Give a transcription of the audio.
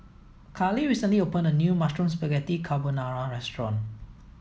Carlee recently opened a new Mushroom Spaghetti Carbonara restaurant